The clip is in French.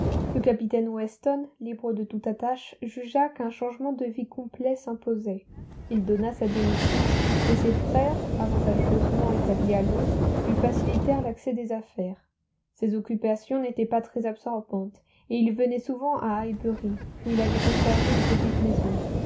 le capitaine weston libre de toute attache jugea qu'un changement de vie complet s'imposait il donna sa démission et ses frères avantageusement établis à londres lui facilitèrent l'accès des affaires ses occupations n'étaient pas très absorbantes et il venait souvent à highbury où il avait conservé une petite maison